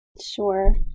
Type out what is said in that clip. sure